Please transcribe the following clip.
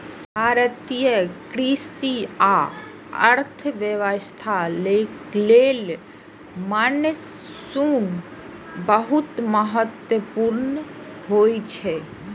भारतीय कृषि आ अर्थव्यवस्था लेल मानसून बहुत महत्वपूर्ण होइ छै